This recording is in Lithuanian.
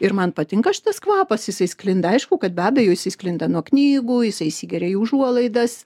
ir man patinka šitas kvapas jisai sklinda aišku kad be abejo jisai sklinda nuo knygų jisai įsigeria į užuolaidas